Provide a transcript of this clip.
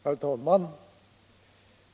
Herr talman!